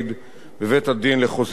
בבית-הדין לחוזים אחידים